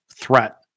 threat